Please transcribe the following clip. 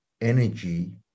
energy